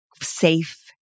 safe